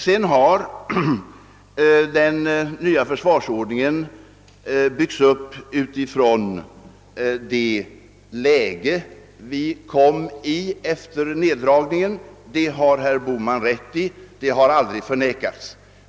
Vidare har den nya försvarsordningen byggts upp med hänsyn till det läge som uppstod efter neddragningen. Därvidlag har herr Bohman rätt, och det har aldrig förnekats.